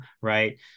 Right